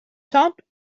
temples